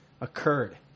occurred